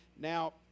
Now